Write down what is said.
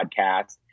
podcast